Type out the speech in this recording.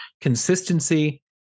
consistency